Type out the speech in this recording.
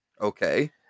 Okay